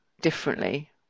differently